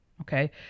Okay